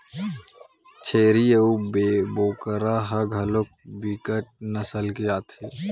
छेरीय अऊ बोकरा ह घलोक बिकट नसल के आथे